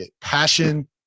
Passion